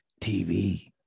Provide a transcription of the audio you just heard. TV